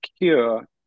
cure